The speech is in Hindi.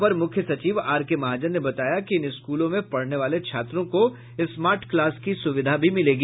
अपर मुख्य सचिव आर के महाजन ने बताया कि इन स्कूलों में पढ़ने वाले छात्रों को स्मार्ट क्लास की सुविधा भी मिलेगी